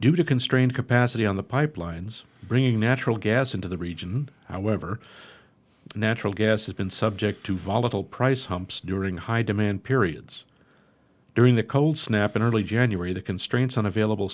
due to constrained capacity on the pipelines bringing natural gas into the region however natural gas has been subject to volatile price humps during high demand periods during the cold snap in early january the constraints on available